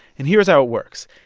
and here's how it works.